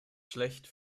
schlecht